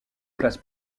place